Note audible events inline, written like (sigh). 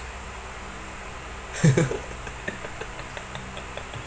(laughs)